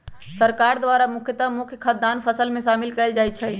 सरकार द्वारा के मुख्य मुख्य खाद्यान्न फसल में शामिल कएल जाइ छइ